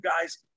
guys